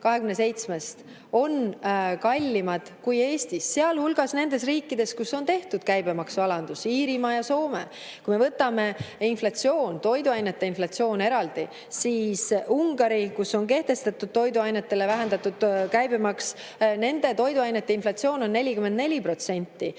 on kallimad kui Eestis, sealhulgas nendes riikides, kus on tehtud käibemaksualandus: Iirimaal ja Soomes. Kui me võtame inflatsiooni, toiduainete inflatsiooni eraldi, siis Ungaris, kus on kehtestatud toiduainetele vähendatud käibemaks, on toiduainete inflatsioon 44%.